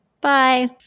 Bye